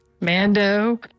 Mando